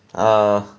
uh